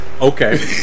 Okay